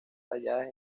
talladas